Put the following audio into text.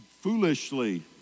foolishly